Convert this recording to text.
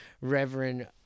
Reverend